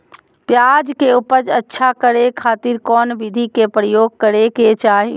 प्याज के उपज अच्छा करे खातिर कौन विधि के प्रयोग करे के चाही?